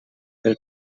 pel